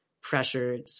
pressured